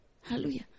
Hallelujah